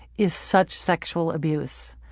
is such sexual abuse.